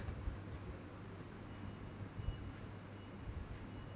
<S